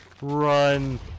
Run